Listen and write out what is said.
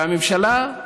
והממשלה,